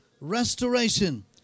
restoration